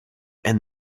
and